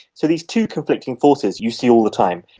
so these two conflicting forces you see all the time.